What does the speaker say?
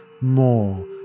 more